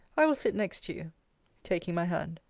i will sit next to you taking my hand.